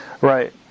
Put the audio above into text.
Right